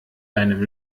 deinem